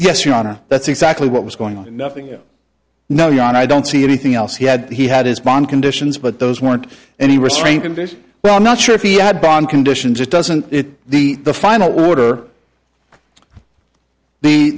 yes your honor that's exactly what was going on and nothing you know you and i don't see anything else he had he had his bond conditions but those weren't any restraint conditions well i'm not sure if he had been conditions doesn't it the the final order